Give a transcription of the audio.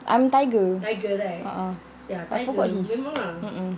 I'm tiger uh uh but I forgot his